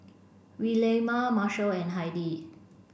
Williemae Marshal and Heidi